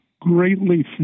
greatly